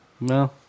No